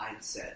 mindset